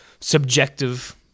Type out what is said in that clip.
subjective